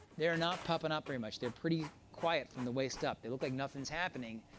they are not popping up very much. they're pretty quiet from the waist up. they look like nothing's happening.